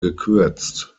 gekürzt